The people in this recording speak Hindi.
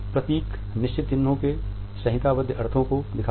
प्रतीक निश्चित चिन्हों के संहिताबद्ध अर्थों को दिखता हैं